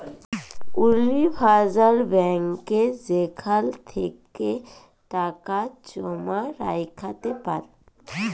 universal ব্যাংকে যেখাল থ্যাকে ইছা টাকা জমা রাইখতে পার